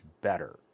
better